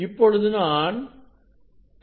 இப்பொழுது நான் 2